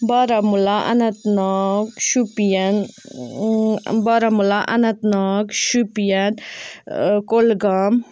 Baramulla Anantnag Shopian Baramulla Anantnag Shopian Kulgam